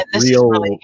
real